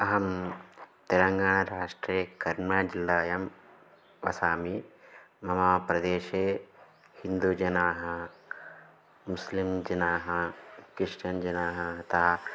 अहं तेलङ्गानराष्ट्रे कर्न जिल्लायां वसामि मम प्रदेशे हिन्दुजनाः मुस्लिं जनाः किश्चन् जनाः अतः